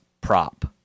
prop